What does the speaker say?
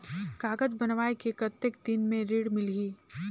कागज बनवाय के कतेक दिन मे ऋण मिलही?